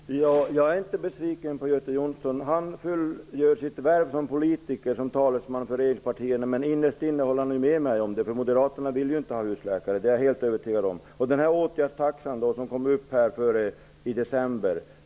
Herr talman! Jag är inte besviken på Göte Jonsson. Han fullgör sitt värv som politiker och som talesman för regeringspartierna. Men innerst inne håller han med mig -- jag är helt övertygad om att Moderaterna inte vill ha husläkare.